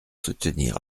soutenir